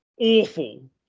awful